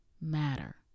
matter